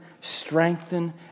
strengthen